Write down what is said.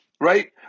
right